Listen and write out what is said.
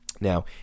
Now